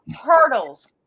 hurdles